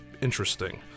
interesting